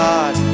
God